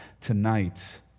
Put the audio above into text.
tonight